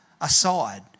aside